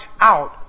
out